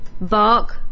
bark